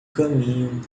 caminho